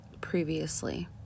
previously